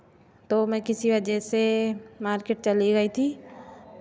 तो मैं किसी वजह से मार्केट चली गई थी